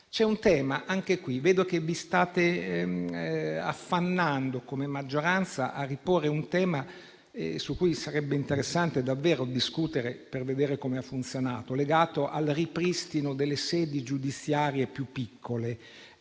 in tal senso. Vedo, poi, che vi state affannando, come maggioranza, a riporre un altro tema su cui sarebbe interessante davvero discutere per vedere come ha funzionato, legato al ripristino delle sedi giudiziarie più piccole.